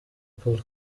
paul